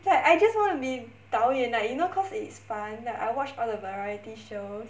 but I just want to be 导演 like you know cause it is fun like I watch all the variety shows